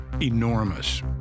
Enormous